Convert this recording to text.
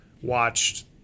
watched